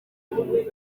uburyo